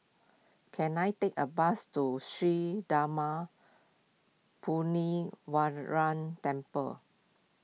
can I take a bus to Sri Darma Temple